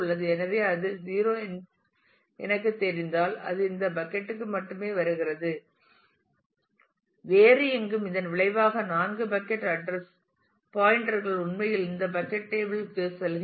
எனவே அது 0 என்று எனக்குத் தெரிந்தால் அது இந்த பக்கட் க்கு மட்டுமே வருகிறது வேறு எங்கும் இதன் விளைவாக இந்த 4 பக்கட் அட்ரஸ் சுட்டிகள் உண்மையில் இந்த பக்கட் டேபிள் க்கு செல்கின்றன